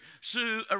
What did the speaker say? Sue